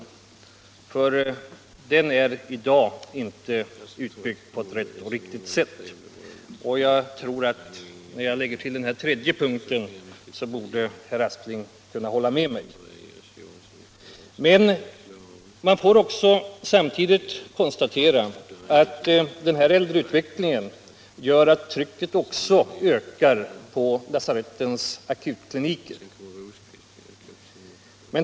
Psykiatrin är i dag inte utbyggd på ett lämpligt sätt; jag tror att på den här tredje punkten borde herr Aspling kunna hålla med mig. Den här äldreutvecklingen gör att trycket ökar också på lasarettens akutkliniker.